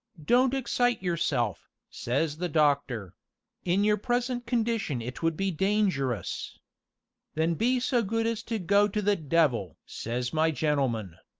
don't excite yourself says the doctor in your present condition it would be dangerous then be so good as to go to the devil says my gentleman.